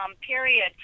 period